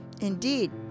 Indeed